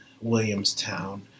Williamstown